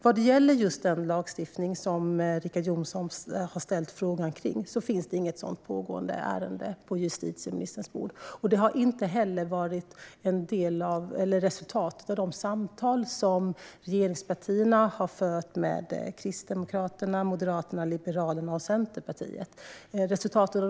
Vad gäller just den lagstiftning som Richard Jomshofs fråga handlar om finns det inget pågående ärende på justitieministerns bord. Det har inte heller varit en del av resultatet av de samtal som regeringspartierna har fört med Kristdemokraterna, Moderaterna, Liberalerna och Centerpartiet.